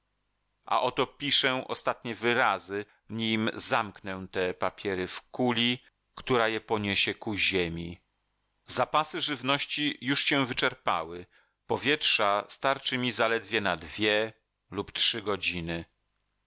a oto piszę ostatnie wyrazy nim zamknę te papiery w kuli która je poniesie ku ziemi zapasy żywności już się wyczerpały powietrza starczy mi zaledwie na dwie lub trzy godziny